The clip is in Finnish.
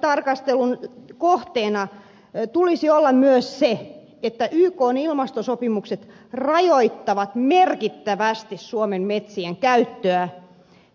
skenaariotarkastelun kohteena tulisi olla myös se että ykn ilmastosopimukset rajoittavat merkittävästi suomen metsien käyttöä